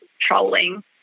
trolling